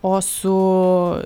o su